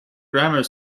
grammar